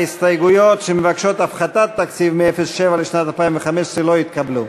ההסתייגויות שמבקשות הפחתת תקציב מסעיף 07 לשנת 2015 לא התקבלו.